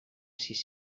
sis